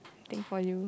think for you